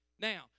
Now